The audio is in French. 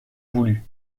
voulu